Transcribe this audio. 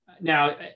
Now